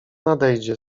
nadejdzie